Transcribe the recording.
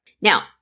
Now